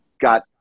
got